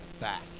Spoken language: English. back